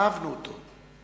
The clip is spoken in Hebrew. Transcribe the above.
אהבנו אותו,